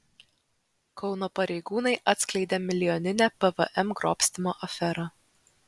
kauno pareigūnai atskleidė milijoninę pvm grobstymo aferą